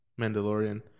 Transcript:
Mandalorian